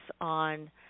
on